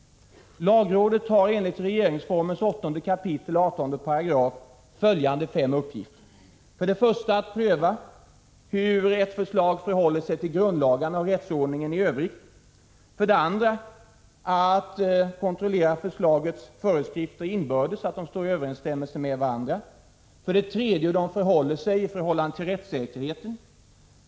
Lagrådet har enligt regeringsformen 8 kap. 18 § följande fem uppgifter: 1. att pröva hur ett förslag förhåller sig till grundlagarna och rättsordningen i Övrigt, 2. att kontrollera att förslagets föreskrifter inbördes står i överensstämmelse med varandra, 3. att pröva hur förslaget förhåller sig i förhållande till rättssäkerheten, .